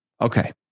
Okay